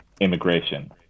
immigration